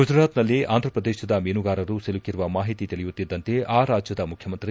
ಗುಜರಾತ್ನಲ್ಲಿ ಆಂಧ್ರಪ್ರದೇಶದ ಮೀನುಗಾರರು ಸಿಲುಕಿರುವ ಮಾಹಿತಿ ತಿಳಿಯುತ್ತಿದ್ದಂತೆ ಆ ರಾಜ್ಯದ ಮುಖ್ಯಮಂತ್ರಿ